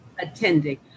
attending